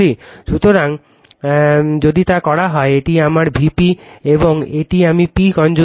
সুতরাং যদি তা করা হয় এটি আমার Vp এবং এই আমি p কনজুগেট